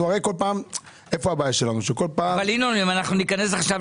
הרי איפה הבעיה שלנו- -- אבל אם ניכנס עכשיו